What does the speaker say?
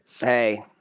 Hey